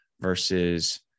versus